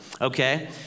okay